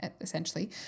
essentially